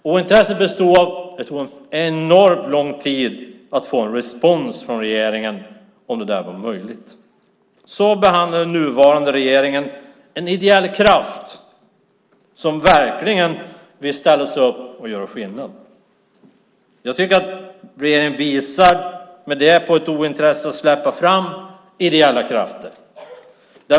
Ointresset bestod i att det tog enormt lång tid att få respons från regeringen om huruvida detta var möjligt. Så behandlar den nuvarande regeringen en ideell kraft som verkligen vill ställa sig upp och göra skillnad. Jag tycker att regeringen med detta visar på ett ointresse av att släppa fram ideella krafter.